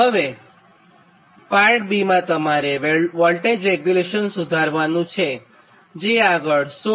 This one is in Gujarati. હવે પાર્ટ માં તમારે વોલ્ટેજ રેગ્યુલેશન સુધારવાનું છેજે આગળ 16